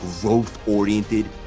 growth-oriented